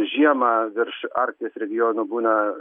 žiemą virš arkties regiono būna